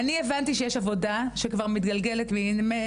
אני הבנתי שיש עבודה שכבר מתגלגלת מימי